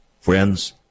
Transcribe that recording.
Friends